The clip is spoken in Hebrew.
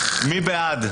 מי בעד?